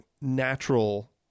natural